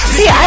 See